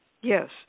Yes